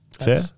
Fair